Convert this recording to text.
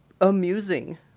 amusing